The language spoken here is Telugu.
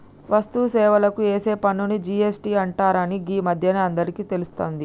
వస్తు సేవలకు ఏసే పన్నుని జి.ఎస్.టి అంటరని గీ మధ్యనే అందరికీ తెలుస్తాంది